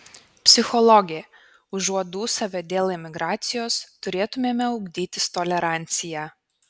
psichologė užuot dūsavę dėl emigracijos turėtumėme ugdytis toleranciją